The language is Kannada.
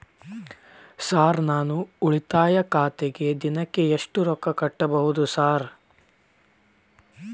ಸರ್ ನಾನು ಉಳಿತಾಯ ಖಾತೆಗೆ ದಿನಕ್ಕ ಎಷ್ಟು ರೊಕ್ಕಾ ಕಟ್ಟುಬಹುದು ಸರ್?